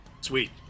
Sweet